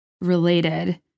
related